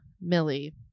Millie